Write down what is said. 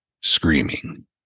screaming